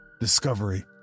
Discovery